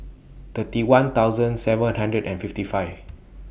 thirty one thousand seven hundred and fifty five